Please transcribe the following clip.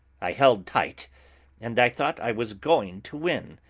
i held tight and i thought i was going to win,